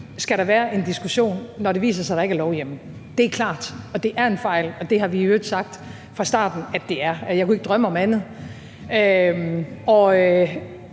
skal være en diskussion, når det viser sig, at der ikke er lovhjemmel. Det er klart, og det er en fejl, og det har vi i øvrigt sagt fra starten at det er, og jeg kunne ikke drømme om andet.